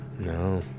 No